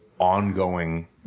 ongoing